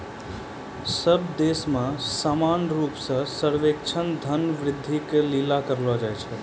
सब देश मे समान रूप से सर्वेक्षण धन वृद्धि के लिली करलो जाय छै